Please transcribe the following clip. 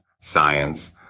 science